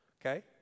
Okay